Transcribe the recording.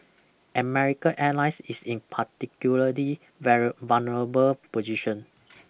America Airlines is in particularly very vulnerable position